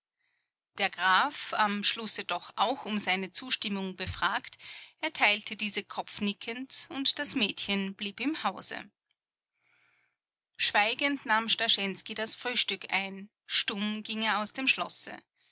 der graf am schlusse doch auch um seine zustimmung befragt erteilte diese kopfnickend und das mädchen blieb im hause schweigend nahm starschensky das frühstück ein stumm ging er aus dem schlosse